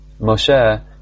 Moshe